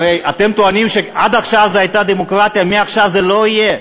הרי אתם טוענים שעד עכשיו זו הייתה דמוקרטיה ומעכשיו זו לא תהיה,